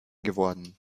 geworden